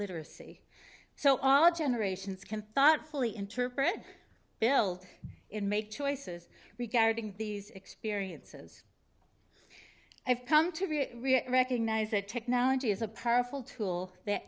literacy so all generations can thoughtfully interpret build in make choices regarding these experiences i've come to recognize that technology is a perfect tool that